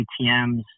atms